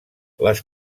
les